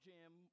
Jim